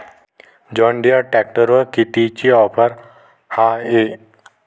John Deere ट्रॅक्टरवर कितीची offer हाये?